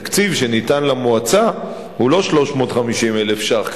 1 2. התקציב שניתן למועצה הוא לא 350,000 ש"ח,